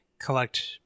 Collect